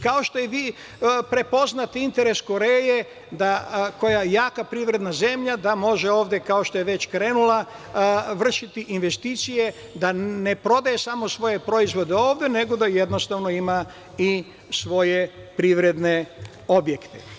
Kao što je bitno prepoznat interes Koreje koja je jaka privredna zemlja, da može ovde kao što je krenula, vršiti investicije, da ne prodaje samo svoje proizvode ovde, nego da ima i svoje privredne objekte.